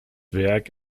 werk